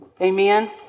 Amen